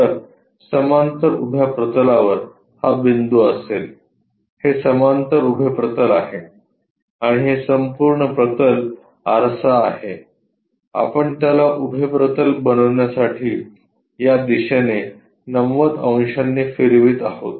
तर समांतर उभ्या प्रतलावर हा बिंदू असेल हे समांतर उभे प्रतल आहे आणि हे संपूर्ण प्रतल आरसा आहे आपण त्याला उभे प्रतल बनविण्यासाठी या दिशेने 90 अंशांनी फिरवित आहोत